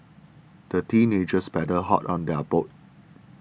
the teenagers paddled hard on their boat